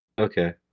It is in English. Okay